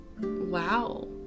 wow